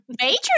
Major